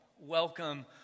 welcome